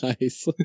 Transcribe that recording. Nice